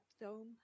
dome